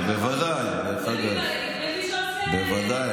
אבל בוודאי, בוודאי.